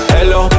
Hello